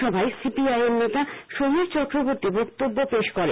সভায় C P I M নেতা সমীর চক্রবর্তী বক্তব্য পেশ করেন